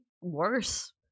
worse